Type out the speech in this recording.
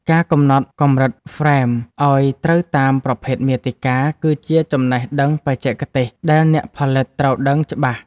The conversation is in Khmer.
ការកំណត់កម្រិតហ្វ្រេម ឱ្យត្រូវតាមប្រភេទមាតិកា គឺជាចំណេះដឹងបច្ចេកទេសដែលអ្នកផលិតត្រូវដឹងច្បាស់។